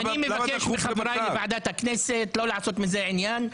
למה דחוף --- אני מבקש מחבריי לוועדת הכנסת לא לעשות מזה עניין.